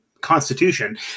Constitution